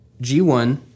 G1